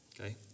Okay